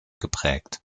geprägt